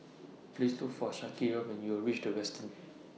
Please Look For Shaniqua when YOU REACH The Westin